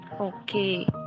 Okay